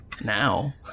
Now